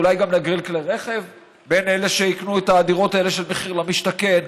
אולי גם נגריל כלי רכב בין אלה שיקנו את הדירות האלה של מחיר למשתכן?